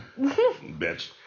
Bitch